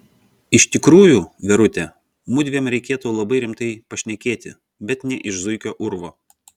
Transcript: iš tikrųjų verute mudviem reikėtų labai rimtai pašnekėti bet ne iš zuikio urvo